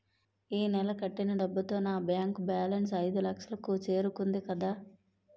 ఈ నెల కట్టిన డబ్బుతో నా బ్యాంకు బేలన్స్ ఐదులక్షలు కు చేరుకుంది కదా